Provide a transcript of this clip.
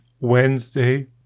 Wednesday